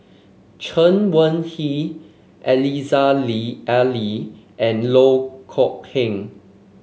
Chen Wen Hsi Aziza Ali and Loh Kok Heng